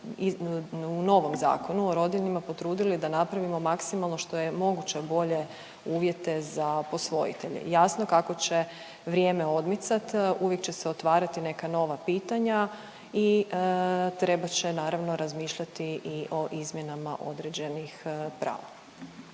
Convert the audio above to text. u novom Zakonu o rodiljnima potrudili da napravimo maksimalno što je moguće bolje uvjete za posvojitelje. Jasno kako će vrijeme odmicat, uvijek će se otvarati neka nova pitanja i trebat će naravno razmišljati i o izmjenama određenih prava.